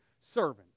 servant